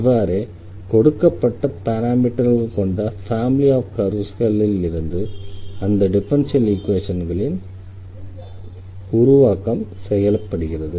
இவ்வாறே கொடுக்கப்பட்ட பாராமீட்டர்கள் கொண்ட ஃபேமிலி ஆஃப் கர்வ்ஸ்களிலிருந்து இந்த டிஃபரன்ஷியல் ஈக்வேஷன்களின் உருவாக்கம் செயல்படுகிறது